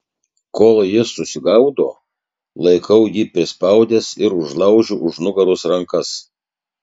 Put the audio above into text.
kol jis susigaudo laikau jį prispaudęs ir užlaužiu už nugaros rankas